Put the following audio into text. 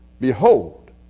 Behold